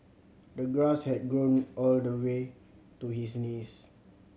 the grass had grown all the way to his knees